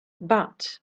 but